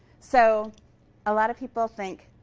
so a lot of people think,